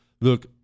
Look